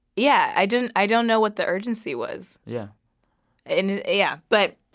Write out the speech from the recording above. yeah. i don't i don't know what the urgency was yeah and yeah but.